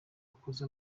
bakoze